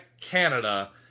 Canada